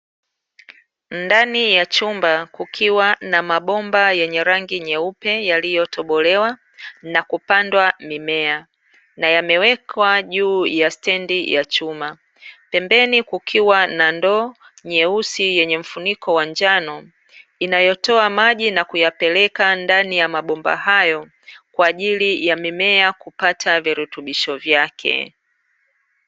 Ndani ya chumba kukiwa na mabomba yenye rangi nyeupe yaliyo tobolewa na kupandwa mimea na yamewekwa juu ya stendi ya chuma pembeni kukiwa na ndoo nyeusi yenye mfuniko wa njano inayotoa maji na kuyapeleka ndani ya mabomba hayo kwaajili ya mimea kupata virutubisho vyake.